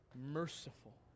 merciful